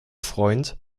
freund